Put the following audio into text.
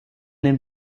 den